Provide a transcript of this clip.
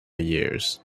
years